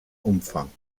umfang